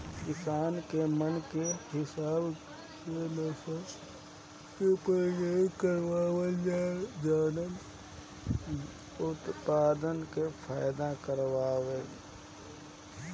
किसान के मन के हिसाब से नसल के प्रजनन करवावल जाला जवन उत्पदान में फायदा करवाए